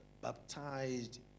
baptized